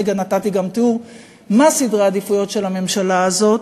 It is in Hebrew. הרגע נתתי גם תיאור מה סדרי העדיפויות של הממשלה הזאת,